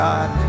God